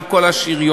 עם כל השריון.